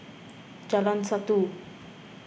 Jalan Satu